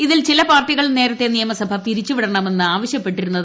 ഇതിൽ ചില പാർട്ടികൾ നേരത്തെ നിയമസഭ പിരിച്ചു വിടണമെന്ന് ആവശ്യപ്പെട്ടിരുന്നു